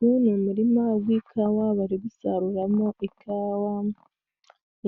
Uyu ni umurima w'ikawa bari gusaruramo ikawa,